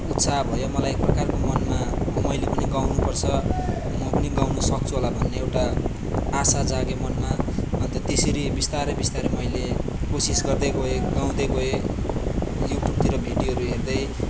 उत्साह भयो मलाई एक प्रकारको मनमा मैले पनि गाउनुपर्छ म पनि गाउनु सक्छु होला भन्ने एउटा आशा जाग्यो मनमा अन्त त्यसरी बिस्तारै बिस्तारै मैले कोसिस गर्दै गएँ गाउँदै गएँ युट्युबतिर भिडियोहरू हेर्दै